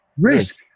Risk